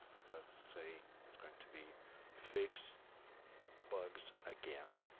and let's say it's going to be fix bugs again